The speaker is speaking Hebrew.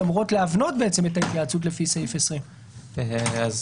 שאמורות להבנות את ההתייעצות לפי סעיף 20. יש